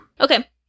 Okay